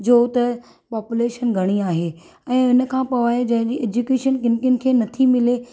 जो त पोपुलेशन घणी आहे ऐं उनखां पोइ ऐड्युकेशन किनि किनि खे नथी मिले